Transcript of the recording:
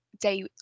day